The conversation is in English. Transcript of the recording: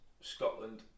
Scotland